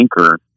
anchor